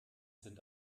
sind